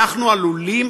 אנחנו עלולים,